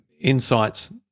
insights